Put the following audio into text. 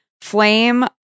flame